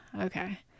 okay